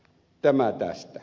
tämä tästä